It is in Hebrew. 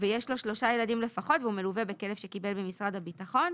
ויש לו שלושה ילדים לפחות והוא מלווה בכלב שהוא קיבל ממשרד הביטחון,